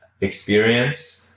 experience